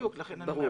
נכון.